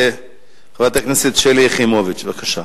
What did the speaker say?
חברת הכנסת שלי יחימוביץ, בבקשה.